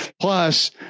Plus